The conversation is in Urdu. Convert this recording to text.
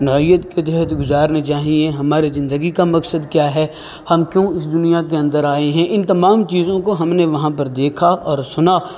نوعیت کے تحت گزارنی چاہیے ہمارے زندگی کا مقصد کیا ہم کیوں اس دنیا کے اندر آئے ہیں ان تمام چیزوں کو ہم نے وہاں پر دیکھا اور سنا